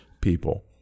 people